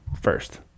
first